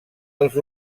els